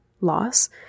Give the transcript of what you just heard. loss